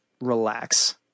relax